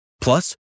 Plus